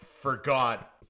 forgot